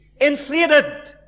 inflated